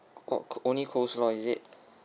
oh c~ only coleslaw is it